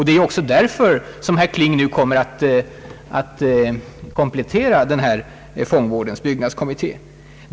Det är ju också därför som herr Kling nu ämnar komplettera fångvårdens byggnadskommitté.